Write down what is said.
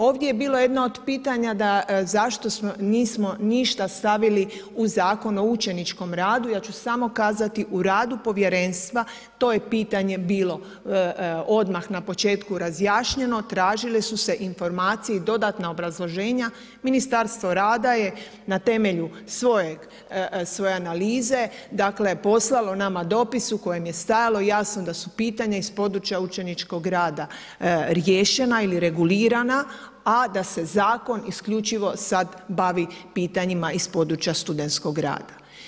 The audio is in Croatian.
Ovdje je bilo jedno od pitanja da zašto nismo ništa stavili u Zakon o učenikom radu, ja ću samo kazati, u radu povjerenstva to je pitanje bilo, odmah na početku razjašnjeno, tražili su se informacije i dodatna obrazloženja, Ministarstvo rada je na temelju svoje analize dakle poslalo nama dopis u kojem je stajalo jasno da su pitanja iz područja učeničkog rada riješena ili regulirana, a da se zakon isključivo sad bavi pitanjima iz područja studentskog rada.